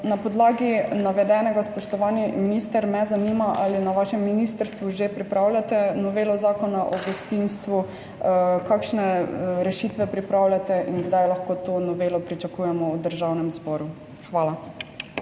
Na podlagi navedenega, spoštovani minister, me zanima: Ali na vašem ministrstvu že pripravljate novelo Zakona o gostinstvu? Kakšne rešitve pripravljate? Kdaj lahko to novelo pričakujemo v Državnem zboru? Hvala.